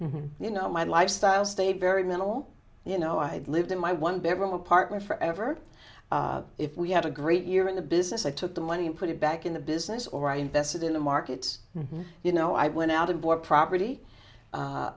minimalist you know my lifestyle stayed very minimal you know i lived in my one bedroom apartment forever if we had a great year in the business i took the money and put it back in the business or i invested in the markets you know i went out and bought property